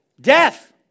Death